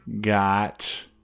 got